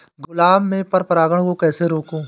गुलाब में पर परागन को कैसे रोकुं?